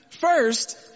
first